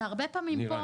אתה הרבה פעמים פה